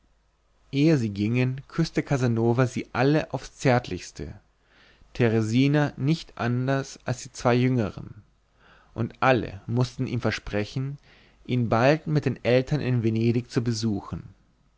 ehe sie gingen küßte casanova sie alle aufs zärtlichste teresina nicht anders als die zwei jüngern und alle mußten ihm versprechen ihn bald mit den eltern in venedig zu besuchen